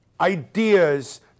ideas